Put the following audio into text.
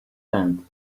tent